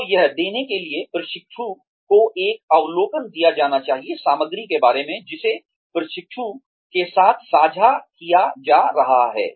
तो यह देने के लिए प्रशिक्षु को एक अवलोकन दिया जाना चाहिए सामग्री के बारे में जिसे प्रशिक्षु के साथ साझा किया जा रहा है